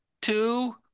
two